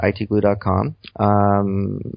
ITGlue.com